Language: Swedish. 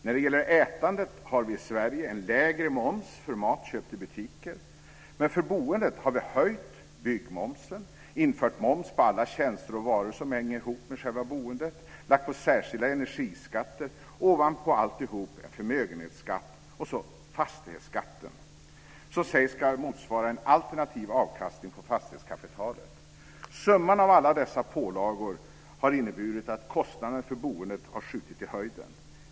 När det gäller ätandet har vi i Sverige en lägre moms för mat köpt i butiker. Men för boendet har vi höjt byggmomsen, infört moms på alla tjänster och varor som hänger ihop med själva boendet, lagt på särskilda energiskatter och ovanpå alltihop en förmögenhetsskatt och så fastighetsskatten, som sägs ska motsvara en alternativ avkastning på fastighetskapitalet. Summan av alla dessa pålagor har inneburit att kostnaderna för boende har skjutit i höjden.